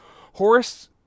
Horace